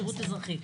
שירות אזרחי,